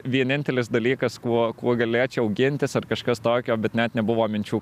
vienintelis dalykas kuo kuo galėčiau gintis ar kažkas tokio bet net nebuvo minčių